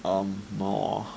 um more